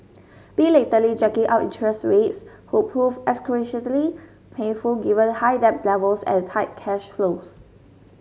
belatedly jacking up interest rates would prove excruciatingly painful given high debt levels and tight cash flows